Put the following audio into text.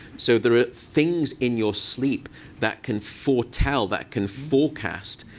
so there are things in your sleep that can foretell, that can forecast,